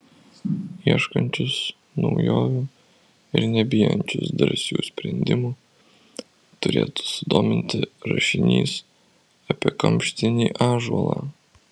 ieškančius naujovių ir nebijančius drąsių sprendimų turėtų sudominti rašinys apie kamštinį ąžuolą